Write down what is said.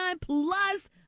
plus